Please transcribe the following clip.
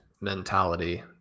mentality